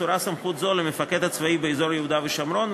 מסורה סמכות זו למפקד הצבאי באזור יהודה ושומרון,